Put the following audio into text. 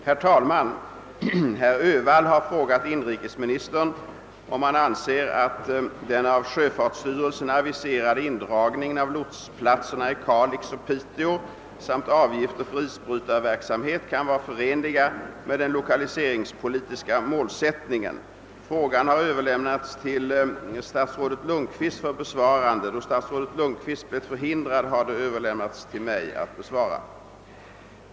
Herr talman! Herr Öhvall har frågat inrikesministern, om han anser att den av sjöfartsstyrelsen aviserade indragningen av lotsplatserna i Kalix och Piteå samt avgifter för isbrytarverksamhet kan vara förenliga med den lokaliseringspolitiska målsättningen. Frågan har överlämnats till mig för besvarande.